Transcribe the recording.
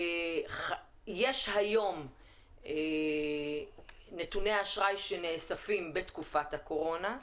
יש היום נתוני אשראי שנאספים בתקופת הקורונה,